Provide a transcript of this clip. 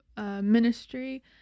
Ministry